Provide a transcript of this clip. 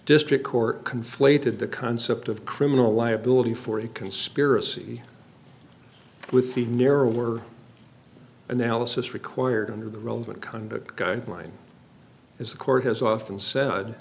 district court conflated the concept of criminal liability for a conspiracy with the narrower analysis required under the relevant conduct guideline is the court has often said